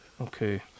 okay